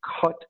cut